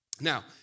Now